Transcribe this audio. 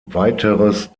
weiteres